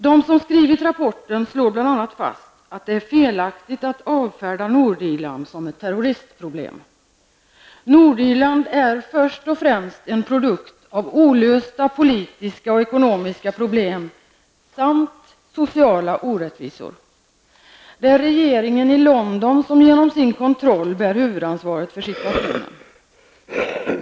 De som skrivit rapporten slår bl.a. fast att det är felaktigt att avfärda Nordirland som ett terroristproblem. Nordirland är först och främst en produkt av olösta politiska och ekonomiska problem samt sociala orättvisor. Det är regeringen i London som genom sin kontroll bär huvudansvaret för situationen.